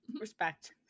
Respect